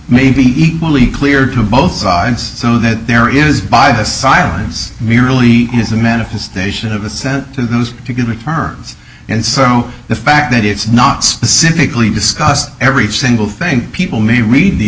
maybe equally clear to both sides so that there is by the silence really is a manifestation of the senate those particular terms and so the fact that it's not specifically discussed every single thing people may read the